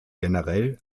generell